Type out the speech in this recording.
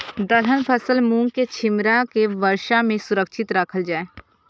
दलहन फसल मूँग के छिमरा के वर्षा में सुरक्षित राखल जाय?